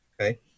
Okay